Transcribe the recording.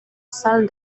salle